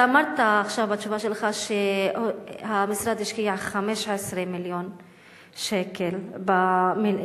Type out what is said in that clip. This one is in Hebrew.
אתה אמרת עכשיו בתשובה שלך שהמשרד השקיע 15 מיליון שקל במלונות.